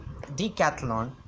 decathlon